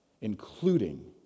including